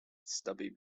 stubby